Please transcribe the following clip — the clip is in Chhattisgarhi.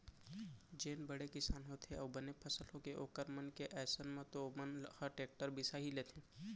जेन बड़े किसान होथे अउ बने फसल होगे ओखर मन के अइसन म तो ओमन ह टेक्टर ल बिसा ही लेथे